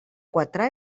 quatre